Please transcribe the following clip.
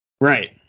Right